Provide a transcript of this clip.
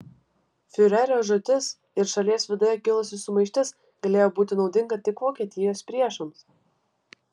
fiurerio žūtis ir šalies viduje kilusi sumaištis galėjo būti naudinga tik vokietijos priešams